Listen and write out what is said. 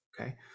okay